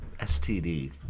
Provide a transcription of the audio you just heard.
STD